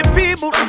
people